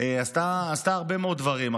עשתה הרבה מאוד דברים,